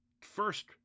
First